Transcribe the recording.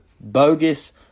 bogus